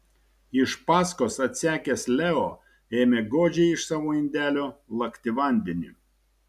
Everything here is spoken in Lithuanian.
iš paskos atsekęs leo ėmė godžiai iš savo indelio lakti vandenį